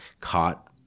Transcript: caught